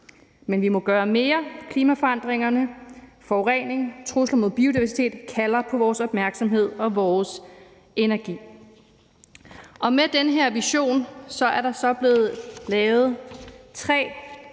Men vi må gøre mere. Klimaforandringer, forurening og trusler mod biodiversiteten kalder på vores opmærksomhed, vores energi.« Med den her vision er der blevet lavet tre